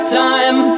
time